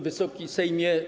Wysoki Sejmie!